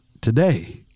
today